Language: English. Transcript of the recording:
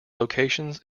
locations